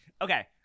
Okay